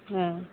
हाँ